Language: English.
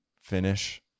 finish